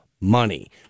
money